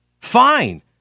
Fine